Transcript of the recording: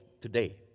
today